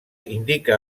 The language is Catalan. indica